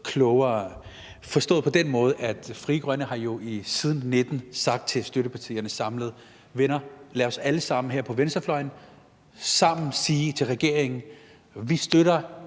klogere forstået på den måde, at Frie Grønne jo siden 2019 har sagt til støttepartierne samlet: Venner, lad os alle sammen her på venstrefløjen sige til regeringen, at vi ikke støtter